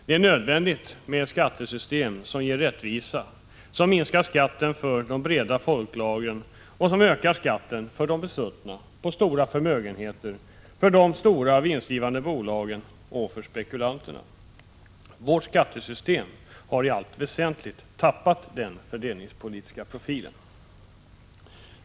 Det är nödvändigt med ett skattesystem som ger rättvisa, som minskar skatten för de breda folklagren och som ökar skatten för de besuttna, på stora förmögenheter, för de stora vinstgivande bolagen och för spekulanterna. Vårt skattesystem har i allt väsentligt tappat den fördelningspolitiska profilen.